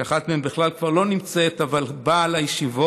שאחת מהן בכלל כבר לא נמצאת, אבל באה לישיבות.